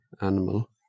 animal